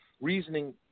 reasoning